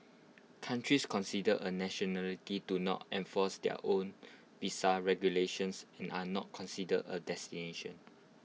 countries considered A nationality do not enforce their own visa regulations and are not considered A destination